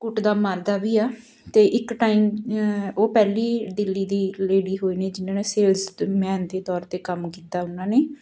ਕੁੱਟਦਾ ਮਾਰਦਾ ਵੀ ਆ ਅਤੇ ਇੱਕ ਟਾਈਮ ਉਹ ਪਹਿਲੀ ਦਿੱਲੀ ਦੀ ਲੇਡੀ ਹੋਏ ਨੇ ਜਿਹਨਾਂ ਨੇ ਸੇਲਜ਼ਮੈਨ ਦੇ ਤੌਰ 'ਤੇ ਕੰਮ ਕੀਤਾ ਉਹਨਾਂ ਨੇ